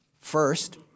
First